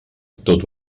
tot